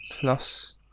plus